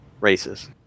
races